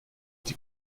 die